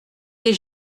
des